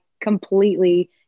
completely